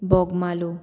Bogmalo